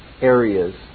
areas